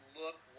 look